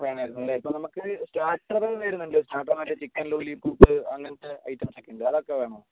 വേണായിരുന്നുല്ലേ ഇപ്പംനമുക്ക് സ്റ്റാർട്ടറ് വരുന്നുണ്ട് സ്റ്റാർട്ടറ് മറ്റേ ചിക്കൻ ലോലിപോപ്പ് അങ്ങനത്തെ ഐറ്റംസൊക്കെ ഉണ്ട് അതൊക്കെ വേണോ